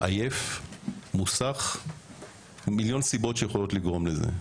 עייף ומוסח ועוד מיליון סיבות שיכולות לגרום לכך.